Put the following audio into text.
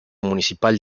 municipal